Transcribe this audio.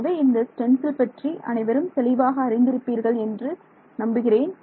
ஆகவே இந்த ஸ்டென்சில் பற்றி அனைவரும் தெளிவாக அறிந்திருப்பீர்கள் என்று நம்புகிறேன்